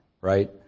right